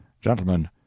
gentlemen